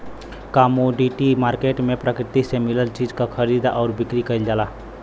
commodity market में प्रकृति से मिलल चीज क खरीद आउर बिक्री कइल जाला